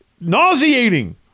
nauseating